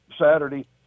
Saturday